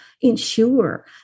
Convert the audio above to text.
ensure